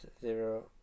zero